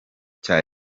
cya